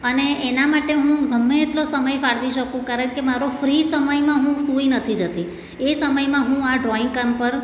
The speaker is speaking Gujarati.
અને એના માટે હું ગમે એટલો સમય ફાળવી શકું કારણ કે મારો ફ્રી સમયમાં હું સૂઈ નથી જતી એ સમયમાં હું આ ડ્રોઈંગ કામ પર